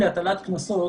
להטלת קנסות,